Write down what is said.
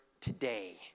today